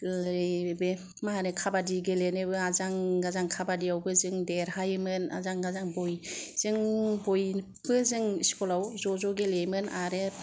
ओरै बे मा होनो काबाद्दि गेलेनायावबो आजां गाजां काबाद्दिआवबो जों देरहायोमोन आजां गाजां बयजों बयबो जों स्कुलाव ज' ज' गेलेयोमोन आरो